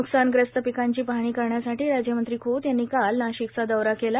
न्कसानग्रस्त पिकांची पाहणी करण्यासाठी राज्यमंत्री खोत यांनी काल नाशिकचा दौरा केला